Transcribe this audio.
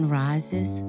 rises